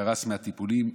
קרס מהטיפולים,